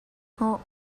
hmuh